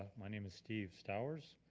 ah my name is steve steve saurs.